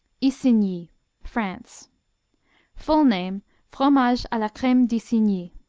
isigny france full name fromage a la creme d'isigny.